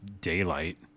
daylight